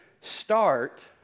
start